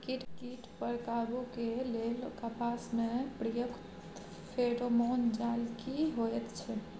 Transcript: कीट पर काबू के लेल कपास में प्रयुक्त फेरोमोन जाल की होयत छै?